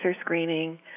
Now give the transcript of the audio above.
screening